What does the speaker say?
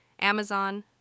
Amazon